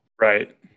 right